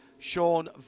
Sean